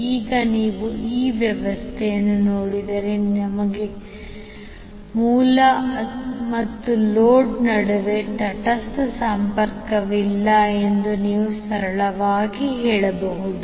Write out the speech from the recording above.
ಈಗ ನೀವು ಈ ವ್ಯವಸ್ಥೆಯನ್ನು ನೋಡಿದರೆ ನಮಗೆ ಮೂಲ ಮತ್ತು ಲೋಡ್ ನಡುವೆ ತಟಸ್ಥ ಸಂಪರ್ಕವಿಲ್ಲ ಎಂದು ನೀವು ಸರಳವಾಗಿ ಹೇಳಬಹುದು